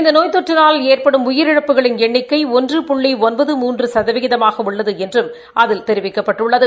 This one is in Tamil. இந்த நோய் தொற்றினால் ஏற்படும் உயிரிழப்புகளின் எண்ணிக்கை ஒன்று புள்ளி ஒன்பது மூன்று சதவீதமாக உள்ளது என்றும் அதில் தெரிவிக்கப்பட்டுள்ளது